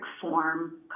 form